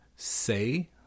Say